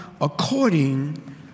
according